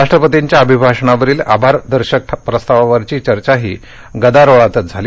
राष्ट्रपतींच्या अभिभाषणावरील आभारदर्शक प्रस्तावावरची चर्चाही गदारोळातच झाली